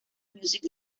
music